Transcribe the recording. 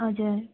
हजुर